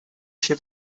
się